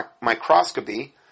microscopy